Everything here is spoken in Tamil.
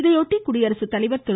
இதையொட்டி குடியரசுத்தலைவர் திரு